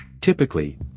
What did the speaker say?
Typically